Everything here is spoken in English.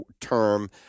term